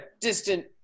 distant